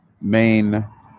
main